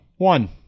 One